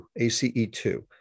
ACE2